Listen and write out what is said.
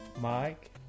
Mike